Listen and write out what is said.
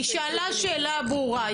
היא שאלה שאלה ברורה.